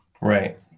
Right